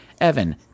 Evan